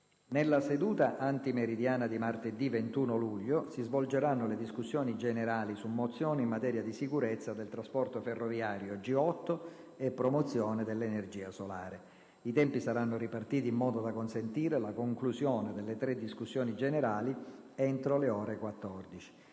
Nella seduta antimeridiana di martedì 21 luglio si svolgeranno le discussioni generali su mozioni in materia di sicurezza del trasporto ferroviario, G8 e promozione dell'energia solare. I tempi saranno ripartiti in modo da consentire la conclusione delle tre discussioni generali entro le ore 14.